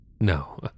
No